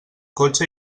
cotxe